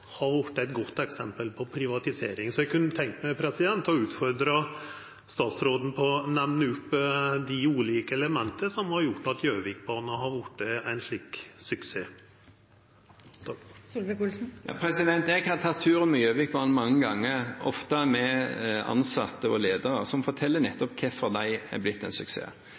har vorte eit godt eksempel på privatisering. Så eg kunne tenkt meg å utfordra statsråden på å nemna dei ulike elementa som har gjort at Gjøvikbanen har vorte ein slik suksess. Jeg har tatt turen med Gjøvikbanen mange ganger, ofte med ansatte og ledere, som forteller nettopp hvorfor den har blitt en suksess.